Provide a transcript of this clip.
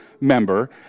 member